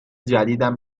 جدیدم